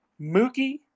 Mookie